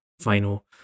final